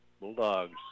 Bulldogs